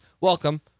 welcome